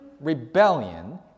rebellion